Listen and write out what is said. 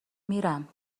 میرم